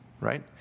right